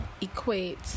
equate